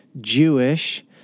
Jewish